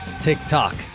TikTok